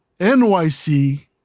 NYC